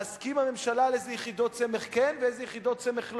להסכים עם הממשלה לאיזה יחידות סמך כן ולאיזה יחידות סמך לא,